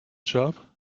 job